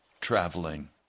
traveling